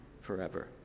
forever